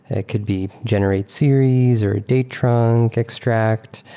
it could be generated series or date-trunc extract,